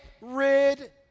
rid